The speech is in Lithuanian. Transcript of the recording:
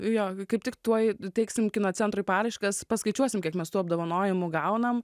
jo kaip tik tuoj teiksim kino centrui paraiškas paskaičiuosim kiek mes tų apdovanojimų gaunam